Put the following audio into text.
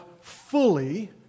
fully